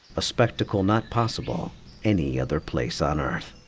a spectacle not possible any other place on earth.